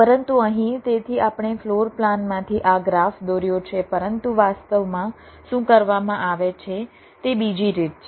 પરંતુ અહીં તેથી આપણે ફ્લોર પ્લાનમાંથી આ ગ્રાફ દોર્યો છે પરંતુ વાસ્તવમાં શું કરવામાં આવે છે તે બીજી રીત છે